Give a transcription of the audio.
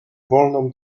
wolną